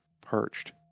perched